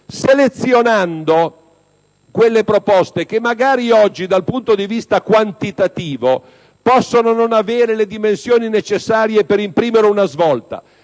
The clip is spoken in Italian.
selezionando quelle che magari oggi, dal punto di vista quantitativo, possono non avere le dimensioni necessarie per imprimere una svolta,